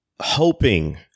hoping